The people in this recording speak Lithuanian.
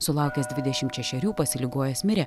sulaukęs dvidešim šešerių pasiligojęs mirė